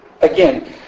Again